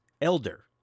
elder